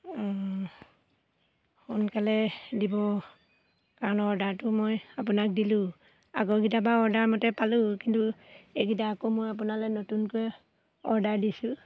সোনকালে দিব কাৰণ অৰ্ডাৰটো মই আপোনাক দিলোঁ আগৰ কেইটা বা অৰ্ডাৰমতে পালোঁ কিন্তু এইকেইটা আকৌ মই আপোনালৈ নতুনকৈ অৰ্ডাৰ দিছোঁ